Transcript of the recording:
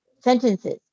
sentences